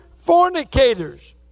fornicators